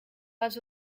pas